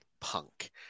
Punk